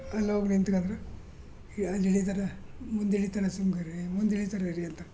ಅಲ್ಲೋಗಿ ನಿಂತ್ಕೊಂಡ್ರು ಅಲ್ಲಿ ಇಳಿತಾರೆ ಮುಂದೆ ಇಳಿತಾರೆ ಸುಮ್ನಿರಿ ಮುಂದೆ ಇಳಿತಾರೆ ರೀ ಅಂತ